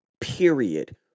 period